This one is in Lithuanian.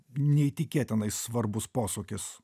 neįtikėtinai svarbus posūkis